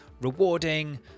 rewarding